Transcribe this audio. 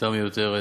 שביתה מיותרת,